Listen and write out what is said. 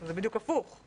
זה בדיוק הפוך,